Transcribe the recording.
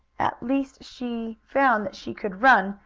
at least she found that she could run,